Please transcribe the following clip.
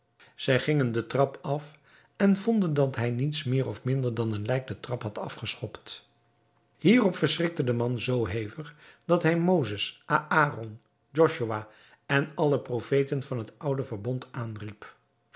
zij gingen den trap af en vonden dat hij niets meer of minder dan een lijk den trap had afgeschopt hierop verschrikte de man zoo hevig dat hij mozes aäron josua en alle andere profeten van het oude verbond